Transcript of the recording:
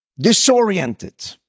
Disoriented